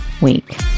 week